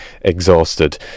exhausted